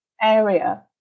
area